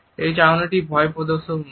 এই চাহনিটি ভয় প্রদর্শক নয়